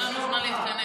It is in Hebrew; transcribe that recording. אין לנו זמן להתכנס.